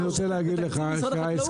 אני רוצה להגיד לך שההסכם,